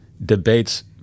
debates